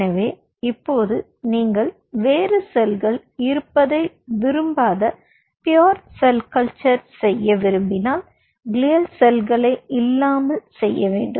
எனவே இப்போது நீங்கள் வேறு செல்கள் இருப்பதை விரும்பாத ப்யூர் செல் கல்ச்சர் செய்ய விரும்பினால் கிளில் செல்களை இல்லாமல் செய்யவேண்டும்